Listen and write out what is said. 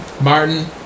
Martin